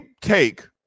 take